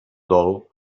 dol